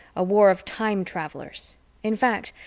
a war of time travelers in fact,